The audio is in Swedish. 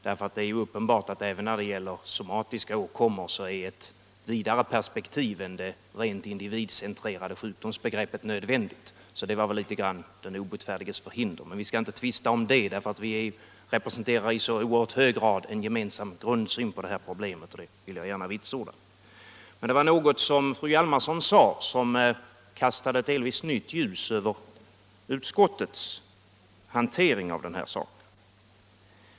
Det är uppenbart att även när det gäller somatiska åkommor är ett vidare perspektiv än det rent individcentrerade sjukdomsbegreppet nödvändigt, så det var väl litet grand av den obotfärdiges förhinder. Vi skall emellertid inte tvista om det, för vi representerar i så oerhört hög grad en gemensam grundsyn på detta problem — det vill jag gärna vitsorda. Men fru Hjalmarsson sade någonting som delvis kastade ett nytt ljus över utskottets hantering av den här saken.